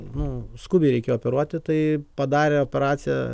nu skubiai reikėjo operuoti tai padarė operaciją